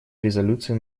резолюции